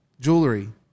Jewelry